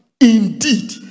indeed